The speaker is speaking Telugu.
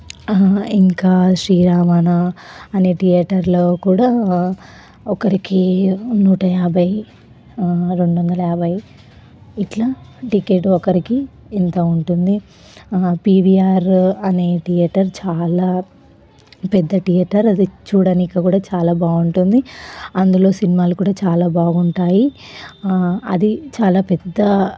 ఇంకా శ్రీ రమణ అనే థియేటర్లో కూడా ఒకరికి నూట యాభై రెండు వందల యాబై ఇలా టికెట్ ఒకరికి ఇంత ఉంటుంది పివిఆర్ అనే థియేటర్ చాలా పెద్ద థియేటర్ అది చూడటానికి కూడా చాలా బాగుంటుంది అందులో సినిమాలు కూడా చాలా బాగుంటాయి అది చాలా పెద్ద